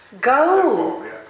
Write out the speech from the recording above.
Go